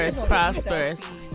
prosperous